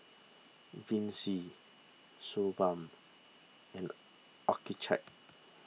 Vichy Suu Balm and Accucheck